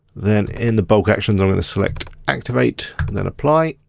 then in the bulk actions, i'm gonna select activate and then apply.